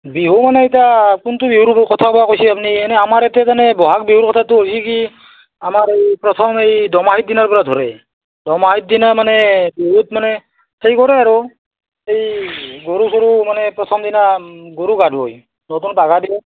বিহু মানে এতিয়া কোনটো বিহুৰ কথা বা কৈছে আপুনি এনেই আমাৰ ইয়াতে যেনে ব'হাগ বিহুৰ কথাটো হৈছে কি আমাৰ এই প্ৰথম এই দোমাহী দিনাৰপৰা ধৰে দোমাহীৰ দিনা মানে বিহুত মানে হেৰি কৰে আৰু এই গৰু চৰু মানে প্ৰথম দিনা গৰু গা ধুৱায় নতুন পাঘা দিয়ে